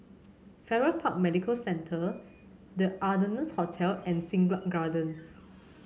Farrer Park Medical Center The Ardennes Hotel and Siglap Gardens